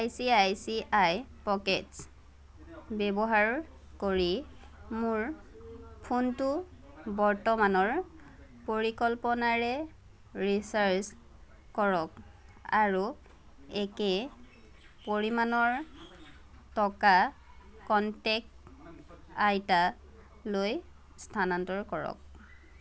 I C I C I pockets ব্যৱহাৰ কৰি মোৰ ফোনটো বৰ্তমানৰ পৰিকল্পনাৰে ৰিচাৰ্ছ কৰক আৰু একে পৰিমাণৰ টকা কণ্টেক আইতালৈ স্থানান্তৰ কৰক